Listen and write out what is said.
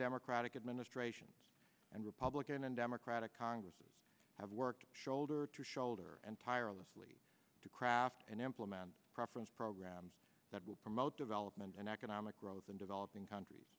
democratic administrations and republican and democratic congresses have worked shoulder to shoulder and tirelessly to craft an employment preference programs that will promote development and economic growth in developing countries